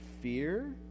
fear